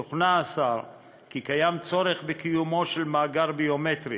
שוכנע השר כי יש צורך בקיומו של מאגר ביומטרי,